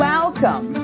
Welcome